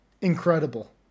incredible